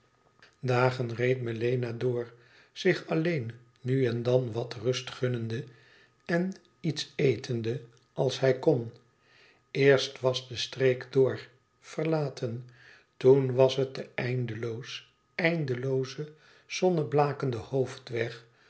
dagen reed melena door zich alleen nu en dan wat rust gunnende en iets etende als hij kon eerst was de streek dor verlaten toen was het de eindeloos eindelooze zonneblakende hoofd weg